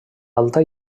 alta